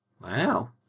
Wow